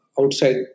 outside